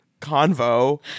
convo